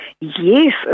Yes